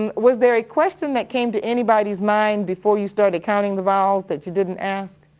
and was there a question that came to anybody's mind before you started counting the vowels that you didn't ask?